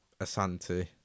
Asante